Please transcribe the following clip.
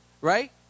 right